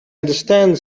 understand